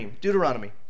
Deuteronomy